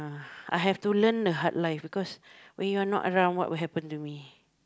I have to learn a hard life because when you're not around what will happen to me